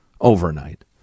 overnight